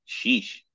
sheesh